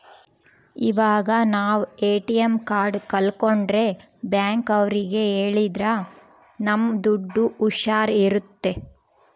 ಇವಾಗ ನಾವ್ ATM card ಕಲ್ಕೊಂಡ್ರೆ ಬ್ಯಾಂಕ್ ಅವ್ರಿಗೆ ಹೇಳಿದ್ರ ನಮ್ ದುಡ್ಡು ಹುಷಾರ್ ಇರುತ್ತೆ